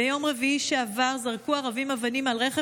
ביום רביעי שעבר ערבים זרקו אבנים על רכב